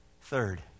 Third